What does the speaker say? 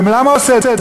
ולמה הוא עושה את זה?